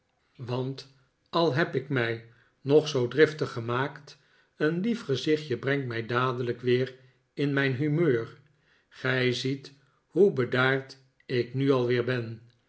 want al heb ik mij nog zoo driftig gemaakt een lief gezichtje brengt mij dadelijk weer in mijn humeur gij ziet hoe bedaard ik nu al weer ben